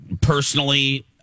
personally